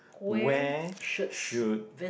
where should